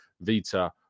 Vita